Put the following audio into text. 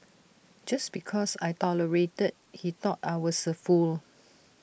just because I tolerated he thought I was A fool